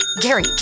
Gary